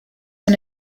and